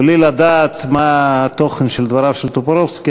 בלי לדעת מה תוכן דבריו של טופורובסקי,